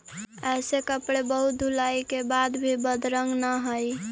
ऐसे कपड़े बहुत धुलाई के बाद भी बदरंग न हई